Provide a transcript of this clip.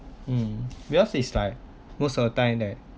mm because it's like most of the time that